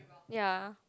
ya